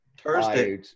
Thursday